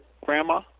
grandma